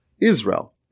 Israel